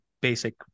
basic